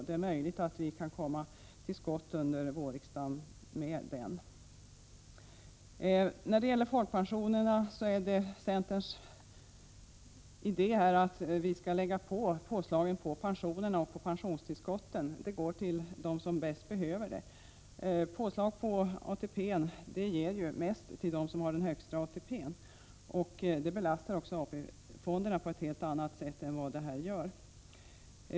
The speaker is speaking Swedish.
Det är möjligt att vi kan hinna med detta under vårriksdagen. När det gäller folkpensionerna är centerns idé den att påslagen skall läggas på pensionerna och pensionstillskotten. Då går pengarna till de människor som bäst behöver dem. Påslag på ATP ger ju mest till dem som har den högsta ATP:n, och det belastar ju också AP-fonderna på ett helt annat sätt.